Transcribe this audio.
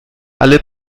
alle